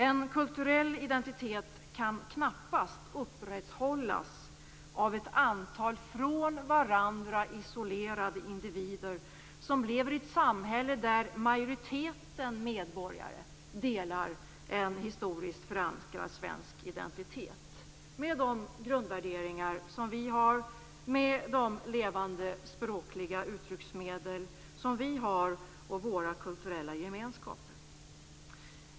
En kulturell identitet kan knappast upprätthållas av ett antal från varandra isolerade individer som lever i ett samhälle där majoriteten medborgare delar en historiskt förankrad svensk identitet med de grundvärderingar som vi har, med de levande språkliga uttrycksmedel som vi har och vår kulturella gemenskap.